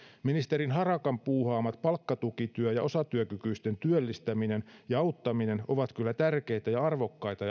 ministeri harakan puuhaamat palkkatukityö ja osatyökykyisten työllistäminen ja auttaminen ovat kyllä tärkeitä ja arvokkaita